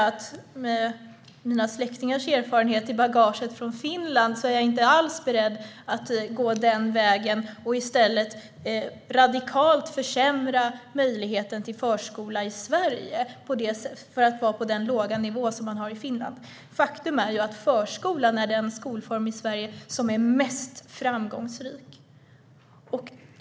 Med mina släktingars erfarenhet från Finland i bagaget kan jag säga att jag inte alls är beredd att gå den vägen och radikalt försämra möjligheten till förskola i Sverige till den låga nivå som man har i Finland. Faktum är ju att förskolan är den skolform i Sverige som är mest framgångsrik.